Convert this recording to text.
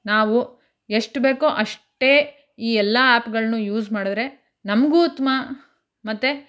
ನಾವು ಎಷ್ಟು ಬೇಕೋ ಅಷ್ಟೇ ಈ ಎಲ್ಲ ಆ್ಯಪ್ಗಳನ್ನು ಯೂಸ್ ಮಾಡಿದರೆ ನಮಗೂ ಉತ್ತಮ ಮತ್ತು